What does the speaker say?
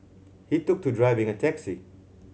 he took to driving a taxi